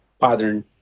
pattern